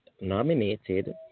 nominated